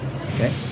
Okay